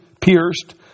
pierced